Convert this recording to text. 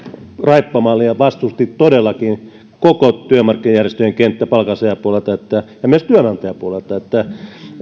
raippamallia vastusti todellakin koko työmarkkinajärjestöjen kenttä palkansaajapuolelta ja myös työnantajapuolelta eli